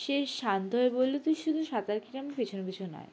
সে শান্ত হয়ে বলল তুই শুধু সাঁতার কেটে আমার পিছন পিছন আয়